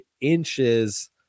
inches